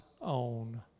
own